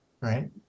Right